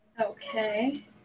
Okay